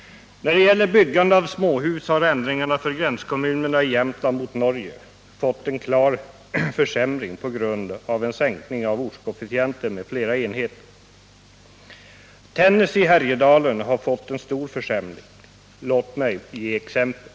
När det gäller byggande av småhus har ändringarna för gränskommunerna i Jämtland mot Norge fått en klar försämring på grund av en sänkning av ortskoefficienten med flera enheter. Tännäs i Härjedalen har fått en stor försämring. Låt mig ge exempel.